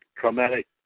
traumatic